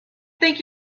think